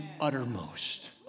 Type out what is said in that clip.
uttermost